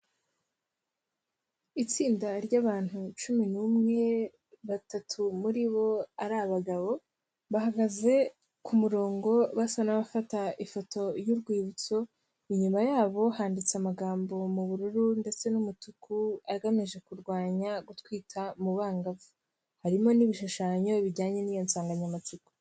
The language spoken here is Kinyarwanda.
Itsinda ry'abantu cumi n'umwe, batatu muri bo ari abagabo bahagaze ku murongo basa n'abafata ifoto y'urwibutso, inyuma yabo handitse amagambo mu bururu ndetse n'umutuku agamije kurwanya gutwita mu bangavu, harimo n'ibishushanyo bijyanye n'iyo nsanganyamatsiko.